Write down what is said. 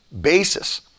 basis